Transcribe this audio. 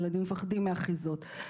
הילדים מפחדים מאחיזות.